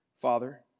Father